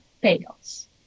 fails